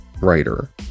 writer